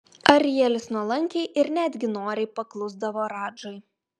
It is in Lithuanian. arielis nuolankiai ir netgi noriai paklusdavo radžai